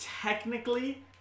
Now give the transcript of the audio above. technically